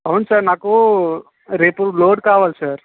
అవును సార్ నాకు రేపు లోడ్ కావాలి సార్